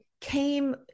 came